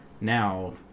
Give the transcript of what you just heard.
now